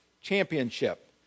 championship